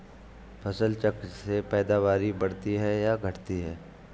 फसल चक्र से पैदावारी बढ़ती है या घटती है?